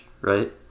right